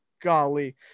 golly